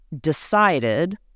decided